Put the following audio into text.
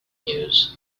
news